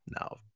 No